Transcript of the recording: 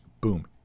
boom